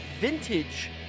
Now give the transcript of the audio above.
vintage